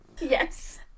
Yes